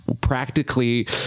practically